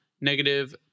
negative